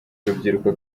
rubyiruko